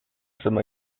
some